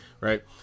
right